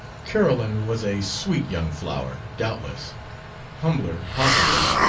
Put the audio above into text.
carolyn was a sweet young flower, doubtless humbler, possibly,